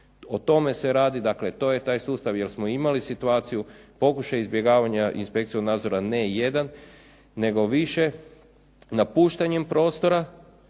O tome se radi. Dakle, to je taj sustav jer smo imali situaciju pokušaj izbjegavanja inspekcijskog nadzora ne jedan nego više napuštanjem prostora